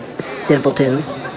simpletons